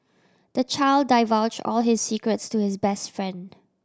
the child divulge all his secrets to his best friend